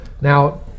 Now